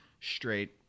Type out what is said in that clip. straight